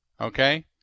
Okay